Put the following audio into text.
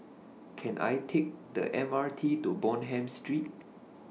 Can I Take The M R T to Bonham Street